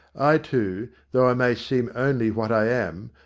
i, too, though i may seem only what i am,